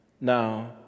Now